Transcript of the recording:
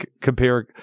compare